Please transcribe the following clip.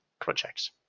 projects